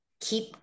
keep